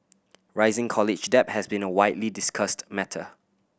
rising college debt has been a widely discussed matter